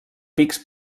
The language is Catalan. pics